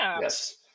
Yes